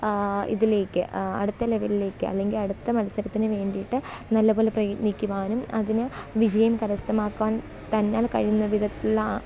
ഇതിലേക്ക് അടുത്ത ലെവലിലേക്ക് അല്ലെങ്കിൽ അടുത്ത മത്സരത്തിന് വേണ്ടിയിട്ട് നല്ലത് പോലെ പ്രയത്നിക്കുവാനും അതിന് വിജയം കരസ്ഥമാക്കാന് തന്നാല് കഴിയുന്ന വിധത്തിലുള്ള